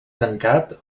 tancat